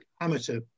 amateur